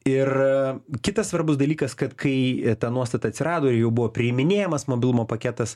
ir kitas svarbus dalykas kad kai ta nuostata atsirado ir jau buvo priiminėjamas mobilumo paketas